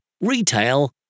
Retail